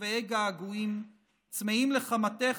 שבעי געגועים / צמאים לחמתך,